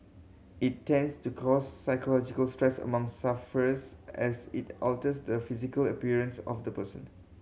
it tends to cause psychological stress among sufferers as it alters the physical appearance of the person